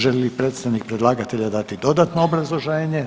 Želi li predstavnik predlagatelja dati dodatno obrazloženje?